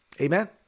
Amen